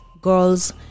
girls